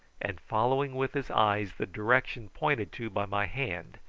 and following with his eyes the direction pointed to by my hand,